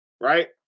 Right